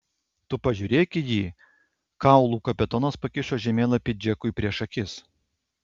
tu pažiūrėk jį kaulų kapitonas pakišo žemėlapį džekui prieš akis